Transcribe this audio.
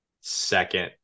second